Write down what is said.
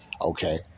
okay